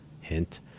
Hint